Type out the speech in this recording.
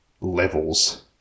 levels